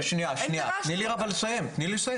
שנייה, תני לי לסיים.